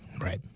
right